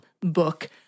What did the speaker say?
book